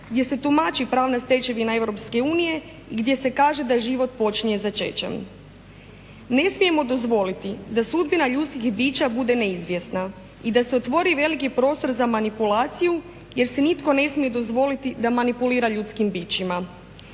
gdje se tumači pravna stečevina Europske unije, gdje se kaže da život počinje začećem. Ne smijemo dozvoliti da sudbina ljudskih bića bude neizvjesna i da se otvori veliki prostor za manipulaciju, jer si nitko ne smije dozvoliti manipulira ljudskim bićima.